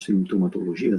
simptomatologia